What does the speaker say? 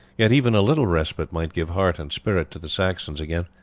yet even a little respite might give heart and spirit to the saxons again.